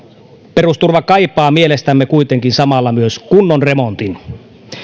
perusturva kaipaa mielestämme kuitenkin samalla myös kunnon remontin